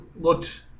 looked